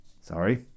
Sorry